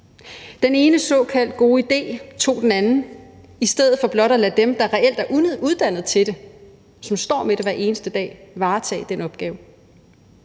Den ene såkaldt god idé tog den anden i stedet for blot at lade dem, der reelt er uddannet til det, og som står med det hver eneste dag, varetage den opgave.